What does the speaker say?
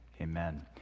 amen